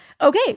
Okay